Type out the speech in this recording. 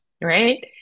right